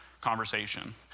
conversation